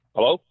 Hello